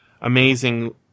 amazing